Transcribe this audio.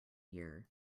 year